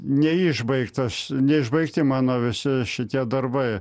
neišbaigtas neišbaigti mano visi šitie darbai